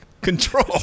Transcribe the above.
control